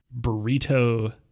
Burrito